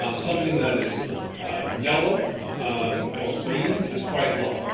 ah something that is yellow or green is quite low.